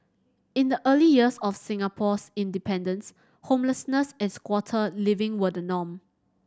in the early years of Singapore's independence homelessness and squatter living were the norm